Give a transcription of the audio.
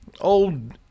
old